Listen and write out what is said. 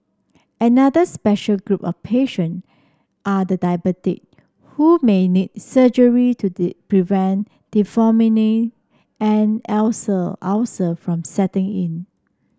another special group of patient are the diabetic who may need surgery to prevent and ulcer from setting in